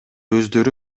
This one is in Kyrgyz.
өздөрү